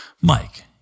Mike